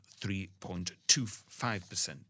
3.25%